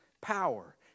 power